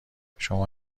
شما